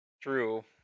True